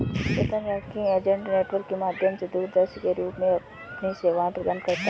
स्वतंत्र banking agent network के माध्यम से दूरस्थ रूप से अपनी सेवाएं प्रदान करता है